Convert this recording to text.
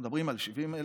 אנחנו מדברים על 70,000,